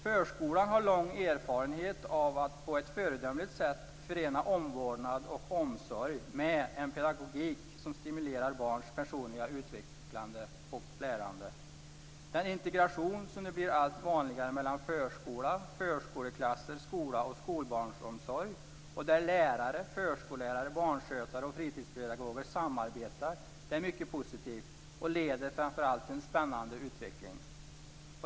Förskolan har lång erfarenhet av att på ett föredömligt sätt förena omvårdnad och omsorg med en pedagogik som stimulerar barnens personliga utveckling och lärande. Den integration som nu blir allt vanligare mellan förskola, förskoleklasser, skola och skolbarnsomsorg - där lärare, förskollärare, barnskötare och fritidspedagoger samarbetar - är mycket positiv och leder framför allt till en spännande utveckling.